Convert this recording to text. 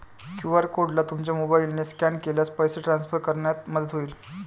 QR कोडला तुमच्या मोबाईलने स्कॅन केल्यास पैसे ट्रान्सफर करण्यात मदत होईल